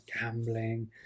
gambling